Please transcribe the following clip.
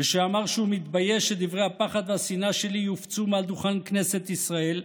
ושאמר שהוא מתבייש שדברי הפחד והשנאה שלי יופצו מעל דוכן כנסת ישראל,